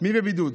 מי בבידוד?